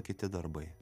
kiti darbai